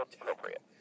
appropriate